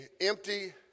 empty